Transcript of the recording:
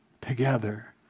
together